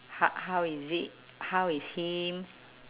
h~ how is it how is him